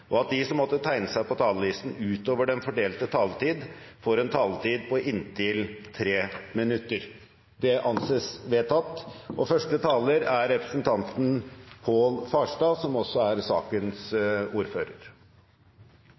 at de som måtte tegne seg på talerlisten utover den fordelte taletid, får en taletid på inntil 3 minutter. – Det anses vedtatt.